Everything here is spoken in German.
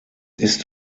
ist